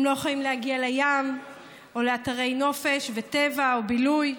הם לא יכולים להגיע לים או לאתרי נופש וטבע או בילוי.